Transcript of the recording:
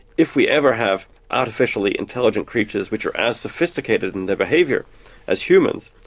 if we ever have artificially intelligent creatures which are as sophisticated in their behaviour as humans,